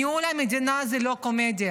ניהול המדינה זה לא קומדיה.